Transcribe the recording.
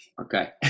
Okay